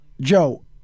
Joe